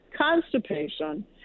constipation